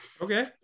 Okay